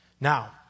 Now